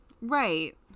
right